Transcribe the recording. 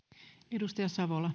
arvoisa rouva